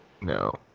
no